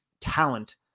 talent